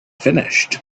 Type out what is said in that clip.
finished